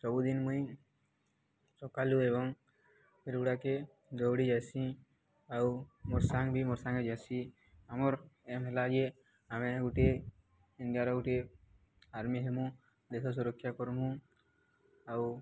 ସବୁଦିନ ମୁଇଁ ସକାଲୁ ଏବଂ ଫରୁଗୁଡ଼ାକେ ଡ଼ଉଡ଼ି ଯାଏସି ଆଉ ମୋର୍ ସାଙ୍ଗ ବି ମୋର୍ ସାଙ୍ଗେ ଯାଏସି ଆମର୍ ଏମ୍ ହେଲା ଯେ ଆମେ ଗୋଟେ ଇଣ୍ଡିଆର ଗୋଟେ ଆର୍ମି ହେମୁଁ ଦେଶ ସୁରକ୍ଷା କରମୁଁ ଆଉ